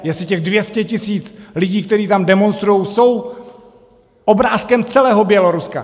Jestli těch 200 tisíc lidí, kteří tam demonstrují, jsou obrázkem celého Běloruska.